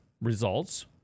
results